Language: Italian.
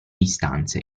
distanze